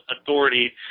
authority